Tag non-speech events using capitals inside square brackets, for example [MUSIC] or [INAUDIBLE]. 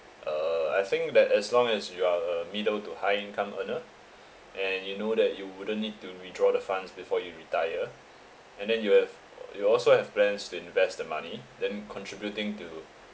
uh I think that as long as you are uh the middle to high income earner and you know that you wouldn't need to withdraw the funds before you retire and then you have [NOISE] you also have plans to invest the money then contributing to